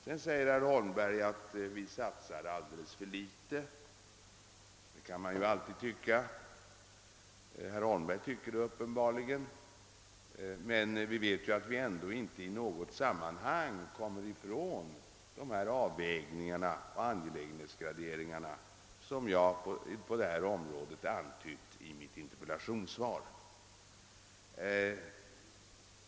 Herr Holmberg säger vidare att vi satsar alldeles för litet på detta område. Det kan man ju alltid tycka, och herr Holmberg gör uppenbarligen det. Men vi vet att vi ändå inte i något sammanhang kommer ifrån de avvägningar och angelägenhetsgraderingar på området som jag antytt i mitt interpellationssvar.